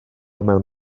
mewn